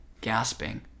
gasping